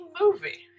movie